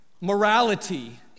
morality